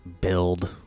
build